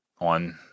on